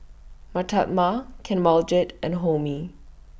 Mahatma Kanwaljit and Homi